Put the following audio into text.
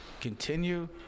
continue